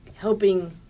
helping